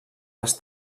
les